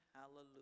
hallelujah